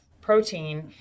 protein